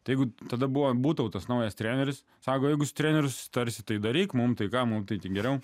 taigi tada buvo butautas naujas treneris sako jeigu su treneriu susitarsi tai daryk mum tai ką mum tai tik geriau